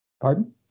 Pardon